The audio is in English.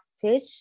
fish